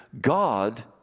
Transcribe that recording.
God